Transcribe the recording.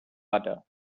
butter